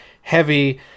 heavy